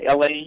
LA